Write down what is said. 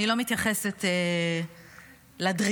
אני לא מתייחסת לדריסה,